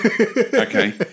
Okay